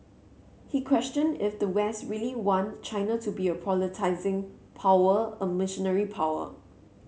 he questioned if the West really want China to be a proselytising power a missionary power